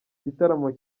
igitaramo